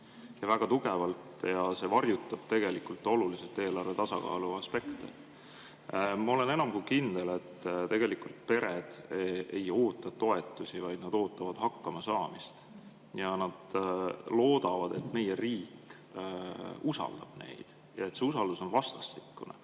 Seda väga tugevalt ja see varjutab tegelikult oluliselt eelarve tasakaalu aspekte. Ma olen enam kui kindel, et tegelikult pered ei oota toetusi, vaid nad ootavad hakkamasaamist ja nad loodavad, et meie riik usaldab neid ja et see usaldus on vastastikune.